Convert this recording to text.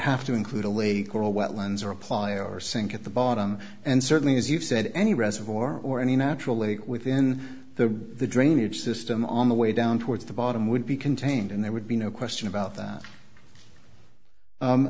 have to include a lake or a wetlands or apply or sink at the bottom and certainly as you've said any reservoir or any natural lake within the drainage system on the way down towards the bottom would be contained and there would be no question about that